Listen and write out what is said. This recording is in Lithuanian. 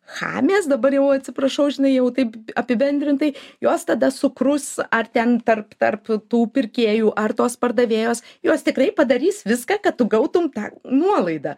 chamės dabar jau atsiprašau žinai jau taip apibendrintai jos tada sukrus ar ten tarp tarp tų pirkėjų ar tos pardavėjos jos tikrai padarys viską kad gautum tą nuolaidą